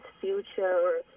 future